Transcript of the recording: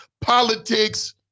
politics